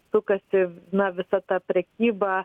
sukasi visa ta prekyba